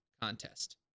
contest